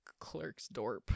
Clerksdorp